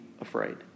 afraid